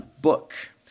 book